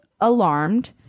alarmed